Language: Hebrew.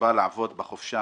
שבא לעבוד בחופשה